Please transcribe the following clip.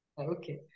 okay